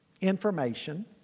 information